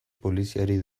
poliziari